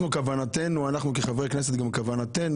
אנחנו כחברי כנסת,